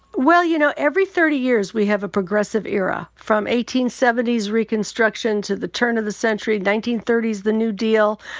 well, you know, every thirty years we have a progressive era. from eighteen seventy s reconstruction to the turn of the century, nineteen thirty s the new deal,